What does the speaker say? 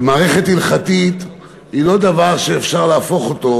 ומערכת הלכתית היא לא דבר שאפשר להפוך אותו